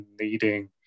needing